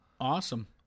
awesome